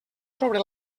sobre